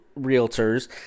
realtors